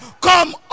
come